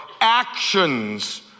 actions